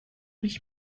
nicht